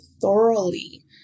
thoroughly